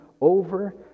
over